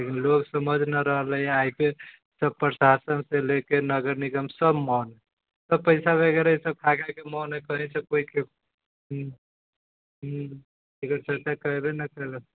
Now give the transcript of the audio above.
लोग समझ न रहलैए आइके लोक प्रशासन से ले के नगर निगम सब मौन है सब पैसा वग़ैरह ई सब खा गेल मौन ऐसे ही से बैठके है एकर चर्चा करबे न करै है